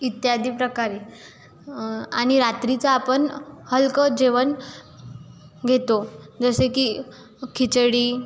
इत्यादी प्रकारे आणि रात्रीचं आपण हलकं जेवण घेतो जसे की खिचडी